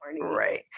right